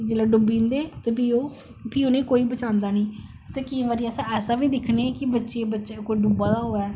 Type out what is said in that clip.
जिसलै डुब्बी जंदे ते फ्ही ओह् फ्ही उनेंगी कोई बचांदा नेईं ते केंई बारी अस ऐसा बी दिक्खने कि बच्चे बचारा कोई डुब्बा दा होऐ